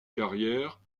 carrière